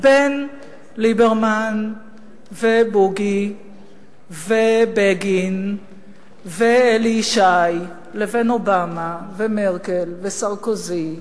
בין ליברמן ובוגי ובגין ואלי ישי לבין אובמה ומרקל וסרקוזי ובראון.